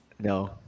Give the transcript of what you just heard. No